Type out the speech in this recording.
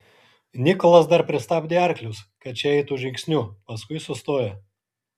nikolas dar pristabdė arklius kad šie eitų žingsniu paskui sustojo